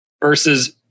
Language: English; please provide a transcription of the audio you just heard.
versus